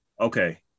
Okay